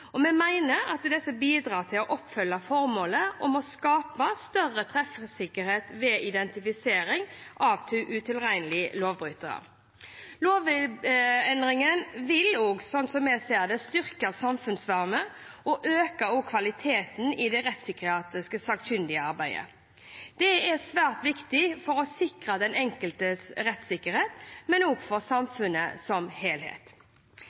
sakkyndige. Vi mener at disse bidrar til å oppfylle formålet om å skape større treffsikkerhet ved identifisering av utilregnelige lovbrytere. Lovendringen vil også, slik vi ser det, styrke samfunnsvernet og øke kvaliteten i det rettspsykiatriske sakkyndigarbeidet. Det er svært viktig for å sikre den enkeltes rettssikkerhet, men også for samfunnet som helhet.